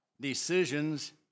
decisions